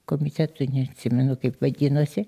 komitetui neatsimenu kaip vadinosi